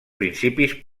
principis